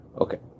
Okay